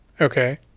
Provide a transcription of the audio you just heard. Okay